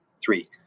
three